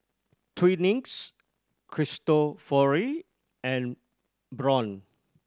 Twinings Cristofori and Braun